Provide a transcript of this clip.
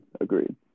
Agreed